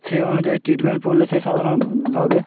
সেই অনুযায়ী ট্রিটমেন্ট পড়লে সে সাধারণভাবে